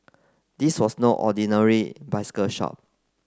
this was no ordinary bicycle shop